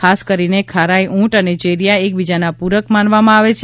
ખાસ કરીને ખારાઇ ઉંટ અને ચેરિયા એકબીજાના પૂરક માનવામાં આવે છે